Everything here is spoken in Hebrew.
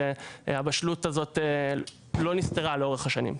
שהבשלות הזאת לא נסתרה לאורך השנים.